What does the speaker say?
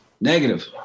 Negative